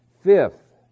fifth